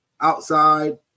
outside